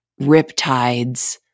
riptides